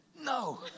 No